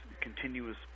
continuous